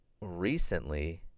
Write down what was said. recently